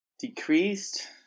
decreased